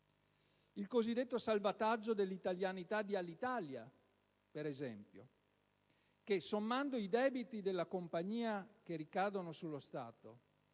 il cosiddetto salvataggio dell'italianità di Alitalia, per esempio, che, sommando i debiti della compagnia che ricadono sullo Stato,